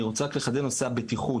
אני רוצה לחדד את נושא הבטיחות.